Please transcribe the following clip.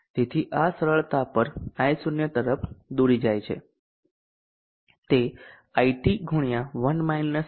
તેથી આ સરળતા પર I0તરફ દોરી જાય છે તે IT x ની બરાબર છે